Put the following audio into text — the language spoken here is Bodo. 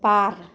बार